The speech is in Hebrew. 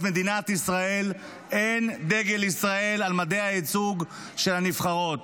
מדינת ישראל אין דגל ישראל על מדי הייצוג של הנבחרות.